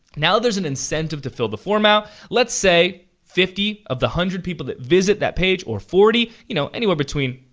now, there's an incentive to fill the form out. let's say, fifty of the one hundred people that visit that page, or forty, you know, anywhere between,